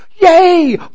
Yay